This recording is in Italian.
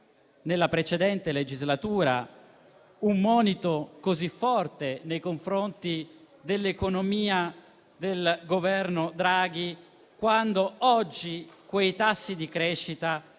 nella precedente legislatura, un monito così forte nei confronti dell'economia del Governo Draghi, quando oggi quei tassi di crescita